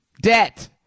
debt